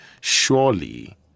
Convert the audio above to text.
Surely